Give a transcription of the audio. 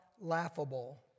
laughable